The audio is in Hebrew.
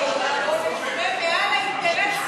בוא נתרומם.